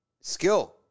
skill